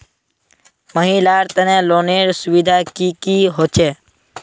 महिलार तने लोनेर सुविधा की की होचे?